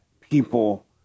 people